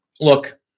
Look